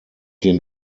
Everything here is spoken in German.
den